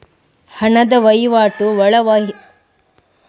ಹಣದ ವಹಿವಾಟು ಒಳವಹಿವಾಟಿನಲ್ಲಿ ಮಾಡಿದ್ರೆ ಎಂತ ಲಾಭ ಉಂಟು?